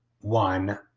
one